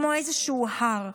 כמו איזשהו הר,